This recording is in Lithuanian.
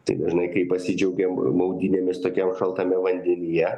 tai dažnai kai pasidžiaugiam maudynėmis tokiam šaltame vandenyje